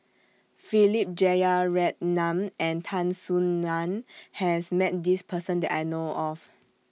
Philip Jeyaretnam and Tan Soo NAN has Met This Person that I know of